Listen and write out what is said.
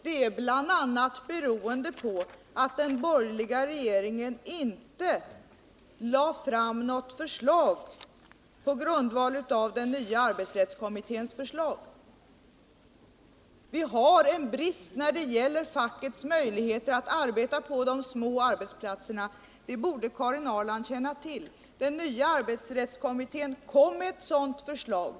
Det beror bl.a. på att den borgerliga regeringen inte lade fram något förslag på grundval av den nya arbetsrättskommitténs betänkande. Vi har en brist när det gäller fackets möjligheter att arbeta på de små arbetsplatserna. Det borde Karin Ahrland känna till. Den nya arbetsrättskommittén kom med ett sådant förslag.